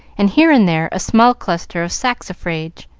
and here and there a small cluster of saxifrage.